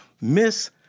Miss